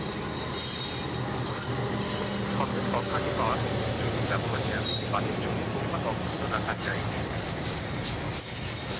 cocopeat হসে ফল থাকি পাওয়া তন্তুর জৈব ব্যবহার যা দিকি মাটির জলীয় পরিমান অক্ষুন্ন রাখাং যাই